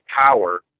power